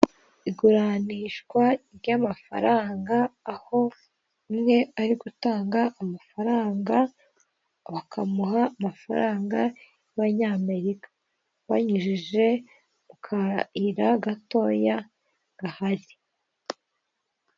Iguranishwa ry'amafaranga aho umwe ari gutanga amafaranga bakamuha amafaranga y'abanyamerika banyujije mu kayira gatoya gahari.